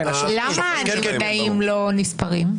למה הנמנעים לא נספרים?